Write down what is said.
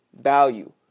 value